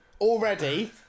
Already